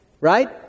Right